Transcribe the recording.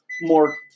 more